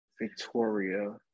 Victoria